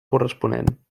corresponent